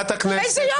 איזה יופי.